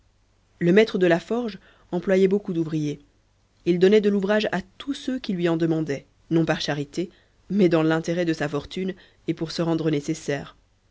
le maître de la forge employait beaucoup d'ouvriers il donnait de l'ouvrage à tous ceux qui lui en demandaient non par charité mais dans l'intérêt de sa fortune et pour se rendre nécessaire